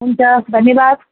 हुन्छ धन्यवाद